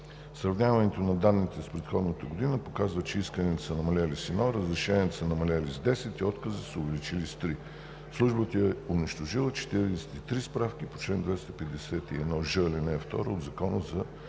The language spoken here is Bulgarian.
Сравняването на данните с предходната година показва, че исканията са намалели с едно, разрешенията са намалели с 10 и отказите са се увеличили с три. Службата е унищожила 43 справки по чл. 251ж, ал. 2 от Закона за